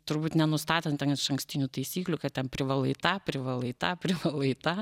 turbūt nenustatant išankstinių taisyklių kad ten privalai tą privalai tą privalai tą